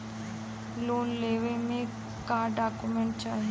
Loan लेवे मे का डॉक्यूमेंट चाही?